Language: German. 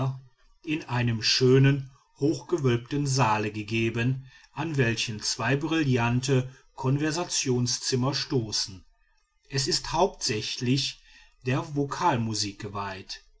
in einem schönen hochgewölbten saale gegeben an welchen zwei brillante konversationszimmer stoßen es ist hauptsächlich der vokalmusik geweiht